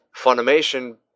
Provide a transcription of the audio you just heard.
Funimation